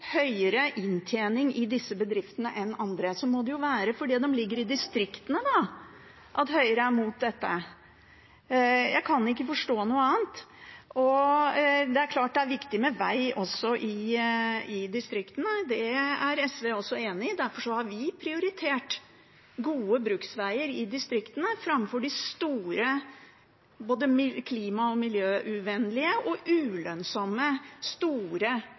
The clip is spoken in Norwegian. høyere inntjening i disse bedriftene enn andre, må det jo være fordi de ligger i distriktene at Høyre er imot dette. Jeg kan ikke forstå noe annet. Det er klart at det er viktig med veg også i distriktene, det er SV også enig i, derfor har vi prioritert gode bruksveger i distriktene framfor store både klima- og miljøuvennlige og ulønnsomme